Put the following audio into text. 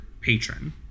patron